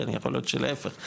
יכול להיות שלהיפך,